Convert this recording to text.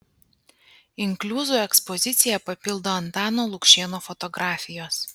inkliuzų ekspoziciją papildo antano lukšėno fotografijos